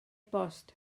bost